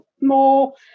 more